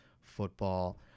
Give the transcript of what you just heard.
football